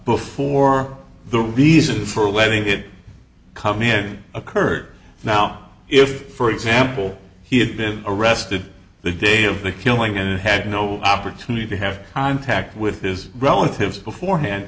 before the reason for letting it come in occurred now if for example he had been arrested the day of the killing and had no opportunity to have contact with his relatives beforehand